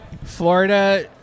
Florida